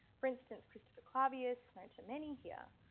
for instance, christopher clavius known to many here